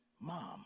mom